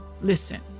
Listen